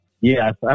Yes